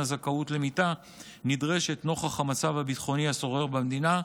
הזכאות למיטה נדרשת נוכח המצב הביטחוני השורר במדינה,